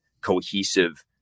cohesive